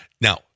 Now